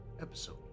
episode